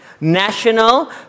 national